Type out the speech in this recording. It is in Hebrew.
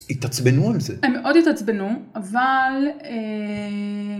התעצבנו על זה. הם מאוד התעצבנו, אבל.